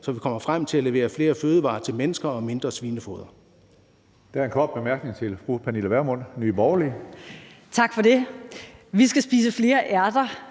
så vi kommer frem til at levere flere fødevarer til mennesker og mindre svinefoder.